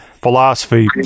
philosophy